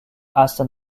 aston